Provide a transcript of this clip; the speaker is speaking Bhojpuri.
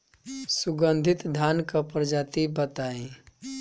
सुगन्धित धान क प्रजाति बताई?